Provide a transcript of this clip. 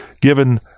given